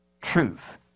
Truth